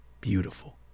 Beautiful